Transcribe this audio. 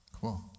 cool